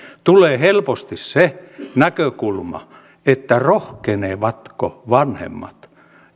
tulee helposti se näkökulma että rohkenevatko vanhemmat